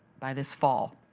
by this fall.